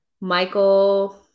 Michael